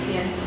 Yes